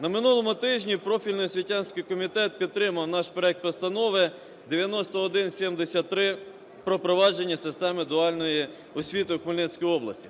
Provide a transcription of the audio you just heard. На минулому тижні профільний освітянський комітет підтримав наш проект Постанови 9173 про провадження системи дуальної освіти в Хмельницькій області.